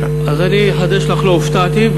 אז אני אחדש לך, לא הופתעתי.